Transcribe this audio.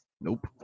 nope